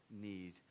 need